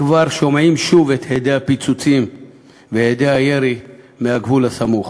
כבר שומעים שוב את הדי הפיצוצים והדי הירי מהגבול הסמוך.